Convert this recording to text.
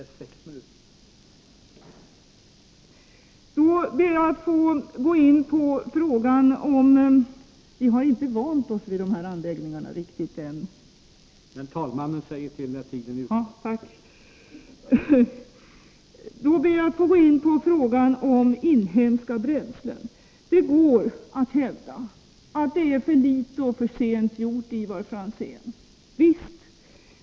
Jag vill sedan ta upp frågan om inhemska bränslen. Det går att hävda, Ivar Franzén, att det gjorts för litet och att det gjorts för sent.